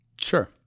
Sure